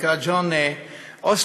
נקרא ג'ון אוסטין.